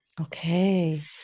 Okay